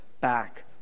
back